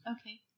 okay